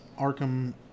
Arkham